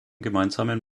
gemeinsamen